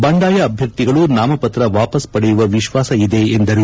ಬಂಡಾಯ ಅಭ್ಯರ್ಥಿಗಳು ನಾಮಪತ್ರ ವಾಪಾಸ್ ಪಡೆಯುವ ವಿಶ್ಲಾಸ ಇದೆ ಎಂದರು